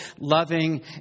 loving